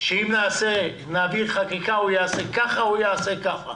שאם נעביר חקיקה, הוא יעשה כך או כך.